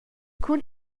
cun